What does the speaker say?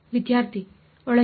ವಿದ್ಯಾರ್ಥಿ ಒಳಗೆ